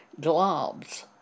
globs